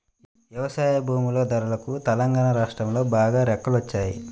వ్యవసాయ భూముల ధరలకు తెలంగాణా రాష్ట్రంలో బాగా రెక్కలొచ్చాయి